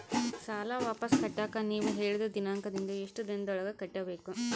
ಸಾಲ ವಾಪಸ್ ಕಟ್ಟಕ ನೇವು ಹೇಳಿದ ದಿನಾಂಕದಿಂದ ಎಷ್ಟು ದಿನದೊಳಗ ಕಟ್ಟಬೇಕು?